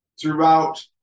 Throughout